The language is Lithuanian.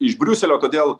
iš briuselio todėl